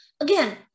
again